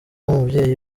umubyeyi